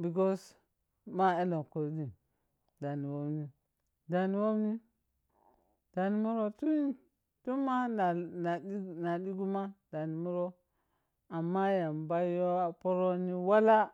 because ma abang kunim? Da niri womnim da niri murou tun na digum ma, da niri murou, amma yamba you poroni walsa.